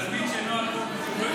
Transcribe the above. תלמיד שאינו הגון.